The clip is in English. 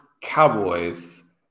Cowboys